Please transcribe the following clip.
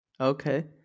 okay